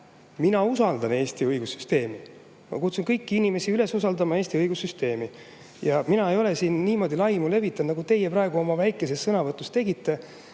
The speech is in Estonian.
Mina usaldan Eesti õigussüsteemi. Ma kutsun kõiki inimesi üles usaldama Eesti õigussüsteemi. Mina ei ole siin niimoodi laimu levitanud, nagu teie praegu oma väikeses sõnavõtus tegite,